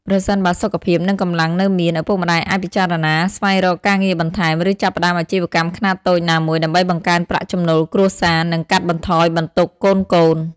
ប្រសិនបើសុខភាព និងកម្លាំងនៅមាន ឪពុកម្ដាយអាចពិចារណាស្វែងរកការងារបន្ថែម ឬចាប់ផ្ដើមអាជីវកម្មខ្នាតតូចណាមួយ ដើម្បីបង្កើនប្រាក់ចំណូលគ្រួសារ និងកាត់បន្ថយបន្ទុកកូនៗ។